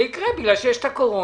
זה יקרה בגלל הקורונה,